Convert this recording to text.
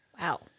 Wow